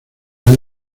han